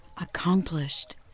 accomplished